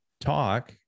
talk